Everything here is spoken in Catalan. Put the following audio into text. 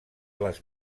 les